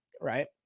Right